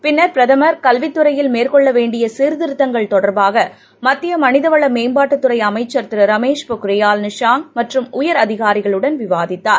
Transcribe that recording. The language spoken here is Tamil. பின்னர் பிரதமர் கல்வித்துறையில் மேற்கொள்ளவேண்டியசீர்திருத்தங்கள் தொடர்பாகமத்தியமனிதவளமேம்பாட்டுத்துறைஅமைச்சள் திரு ரமேஷ் பொக்ரியால் நிஷாங் மற்றும் உயர் அதிகாரிகளுடன் விவாதித்தார்